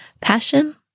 passion